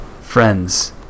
friends